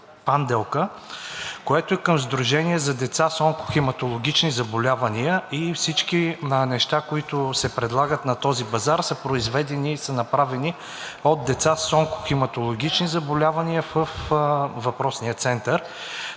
панделка“, който е към Сдружение за деца с онкохематологични заболявания, и всички неща, които се предлагат на този базар, са произведени и са направени от деца с онкохематологични заболявания във въпросния център.